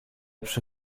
przy